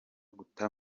guta